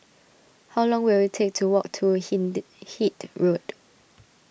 how long will it take to walk to Hindhede Road